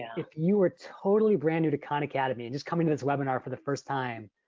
if you were totally brand new to khan academy, and just coming to this webinar for the first time,